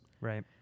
Right